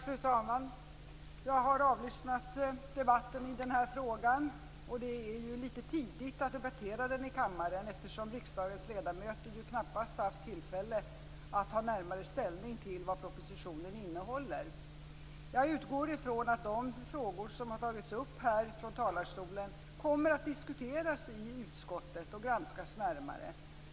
Fru talman! Jag har avlyssnat debatten i den här frågan. Det är ju litet tidigt att debattera den i kammaren, eftersom riksdagens ledamöter ju knappast har haft tillfälle att närmare ta ställning till vad propositionen innehåller. Jag utgår från att de frågor som har tagits upp här från talarstolen kommer att diskuteras i utskottet och granskas närmare där.